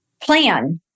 plan